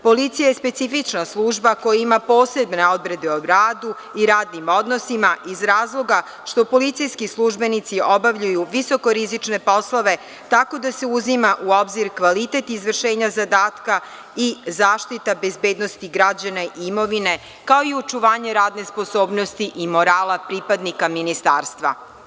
Policija je specifična služba koja ima posebne odredbe o radu i radnim odnosima iz razloga što policijski službenici obavljaju visoko rizične poslove, tako da se uzima u obzir kvalitet izvršenja zadatka i zaštita bezbednosti građana, imovine, kao i očuvanje radne sposobnosti i morala pripadnika Ministarstva.